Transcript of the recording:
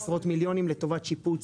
עשרות מיליונים לטובת שיפוץ.